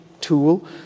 tool